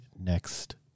next